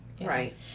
Right